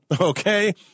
Okay